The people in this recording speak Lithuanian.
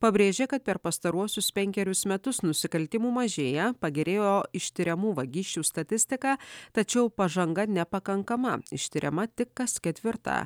pabrėžė kad per pastaruosius penkerius metus nusikaltimų mažėja pagerėjo ištiriamų vagysčių statistika tačiau pažanga nepakankama ištiriama tik kas ketvirta